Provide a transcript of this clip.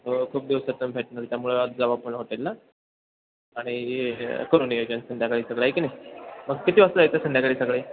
हो खूप दिवसातनं भेटणं त्यामुळं आज जाऊ आपण हॉटेलला आणि हे करू नियोजन संध्याकाळी सगळं आहे की नाही मग किती वाजता येतं संध्याकाळी सगळे